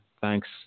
thanks